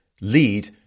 lead